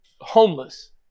homeless